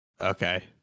Okay